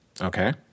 Okay